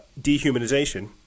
dehumanization